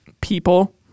people